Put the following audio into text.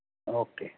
okay